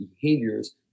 behaviors